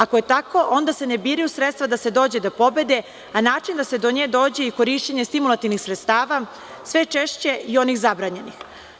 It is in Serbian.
Ako je tako, onda se ne biraju sredstva da se dođe do pobede, a način da se do nje dođe je i korišćenje stimulativnih sredstava, sve češće i onih zabranjenih.